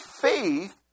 faith